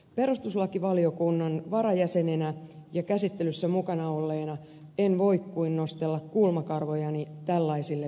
perustuslakivaliokunnan varajäsenenä ja käsittelyssä mukana olleena en voi kuin nostella kulmakarvojani tällaisille väitteille